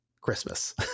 Christmas